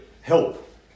help